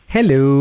Hello